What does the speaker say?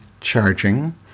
charging